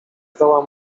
zdoła